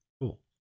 cool